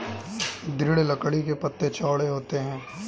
दृढ़ लकड़ी के पत्ते चौड़े होते हैं